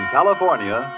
California